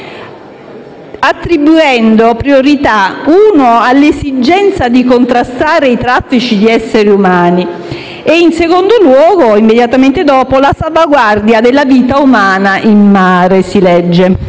attribuendo priorità, in primo luogo, all'esigenza di contrastare i traffici di esseri umani e, in secondo luogo, immediatamente dopo, alla salvaguardia della vita umana in mare.